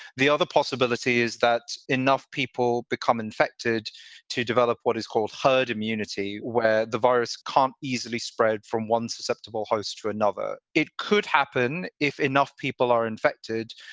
the other possibility is that enough people become infected to develop what is called herd immunity, where the virus can't easily spread from one susceptible host to another. it could happen if enough people are infected.